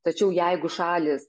tačiau jeigu šalys